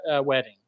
wedding